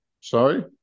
sorry